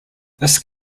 this